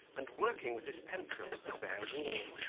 and working with his pencil at the bare wall,